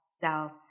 self